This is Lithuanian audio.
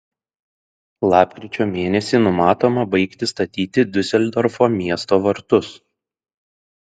lapkričio mėnesį numatoma baigti statyti diuseldorfo miesto vartus